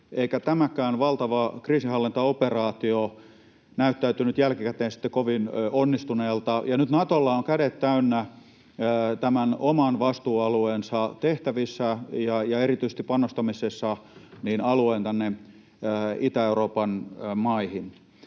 eikä tämäkään valtava kriisinhallintaoperaatio näyttäytynyt jälkikäteen sitten kovin onnistuneelta. Nyt Natolla on kädet täynnä tämän oman vastuualueensa tehtävissä ja erityisesti panostamisessa alueen Itä-Euroopan maihin.